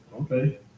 Okay